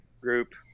Group